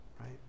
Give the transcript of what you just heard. right